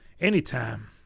Anytime